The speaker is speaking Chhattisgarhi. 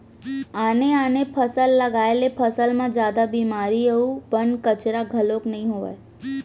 आने आने फसल लगाए ले फसल म जादा बेमारी अउ बन, कचरा घलोक नइ होवय